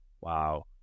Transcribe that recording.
Wow